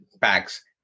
packs